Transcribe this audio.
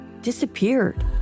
disappeared